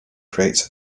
creates